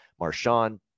Marshawn